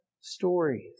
stories